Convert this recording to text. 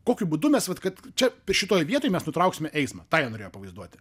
kokiu būdu mes vat kad čia šitoj vietoj mes nutrauksime eismą tą jie norėjo pavaizduoti